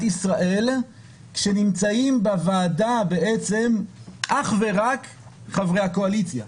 ישראל כשנמצאים בוועדה בעצם אך ורק חברי הקואליציה,